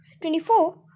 twenty-four